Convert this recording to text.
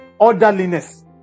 orderliness